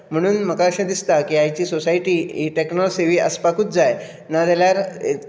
म्हणून म्हाका अशें दिसता की ही आयची सोसायटी ही टॅक्नोसेवी आसपाकूच जाय नाजाल्यार